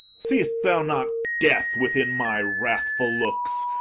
see'st thou not death within my wrathful looks?